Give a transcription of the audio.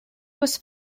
was